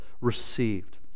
received